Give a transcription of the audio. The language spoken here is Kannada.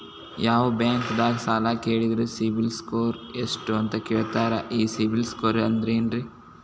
ಯಾವ ಬ್ಯಾಂಕ್ ದಾಗ ಸಾಲ ಕೇಳಿದರು ಸಿಬಿಲ್ ಸ್ಕೋರ್ ಎಷ್ಟು ಅಂತ ಕೇಳತಾರ, ಈ ಸಿಬಿಲ್ ಸ್ಕೋರ್ ಅಂದ್ರೆ ಏನ್ರಿ?